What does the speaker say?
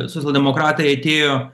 socialdemokratai atėjo